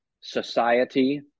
society